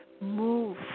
move